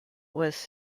was